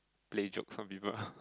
play jokes for people